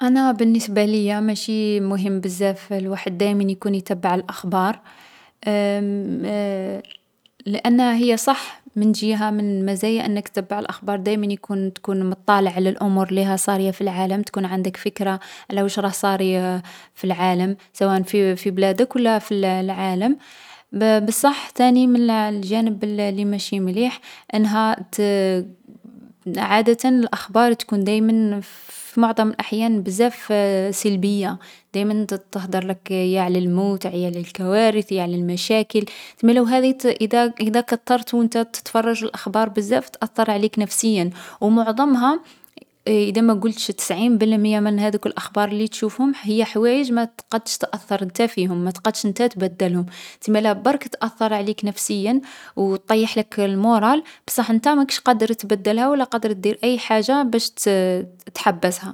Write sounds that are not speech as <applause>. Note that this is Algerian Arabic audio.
أنا بالنسبة ليا ماشي مهم بزاف الواحد دايما يكون يتبع الأخبار. <hesitation> مـ <hesitation> لأنها هي صح من جهة من المزايا انك تّبع الأخبار دايما تكون مطّلع على الأمور لي راها صارية في العالم تكون عندك فكرة على واش راه صاري في العالم، سواء في في بلادك و لا في الـ العالم. بـ بصح تاني من الـ الجانب الـ لي ماشي مليح أنها تـ <hesitation> عادة الأخبار تكون دايما في معظم الأحيان بزاف <hesitation> سلبية، دايما تهدرلك يا على الموت يا على الكوارث يا على المشاكل. تسمالا و هاذي ادا ادا كترت و انت تتفرج الأخبار بزاف تأثر عليك نفسيا. و معظمها، <hesitation> ادا ما قلتش تسعين بالمية من هادوك الأخبار لي تشوفهم هي حوايج ما تقدش تأثر انت فيهم، ما تقدش انت تبدلهم، تسمالا برك تأثر عليك نفسيا و طيّح لك المورال بصح انت ماكش قادر تبدلها و لا قادر دير أي حاجة باش تـ تحبسها.